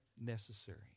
necessary